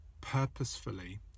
purposefully